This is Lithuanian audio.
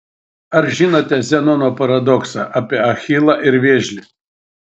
ar žinote zenono paradoksą apie achilą ir vėžlį